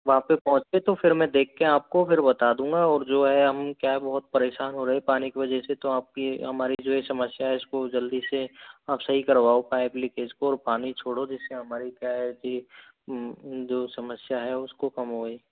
वहाँ पे पहुँच के तो फिर मैं देख के आपको फिर बता दूँगा और जो है हम क्या है बहुत परेशान हो रहे पानी की वजह से तो आपकी हमारी जो है समस्या है इसको जल्दी से आप सही करवाओ पाइप लीकेज को और पानी छोड़ो जिससे हमारी क्या है कि जो समस्या है उसको कम होए